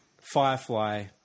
Firefly